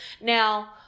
Now